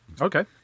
Okay